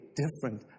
different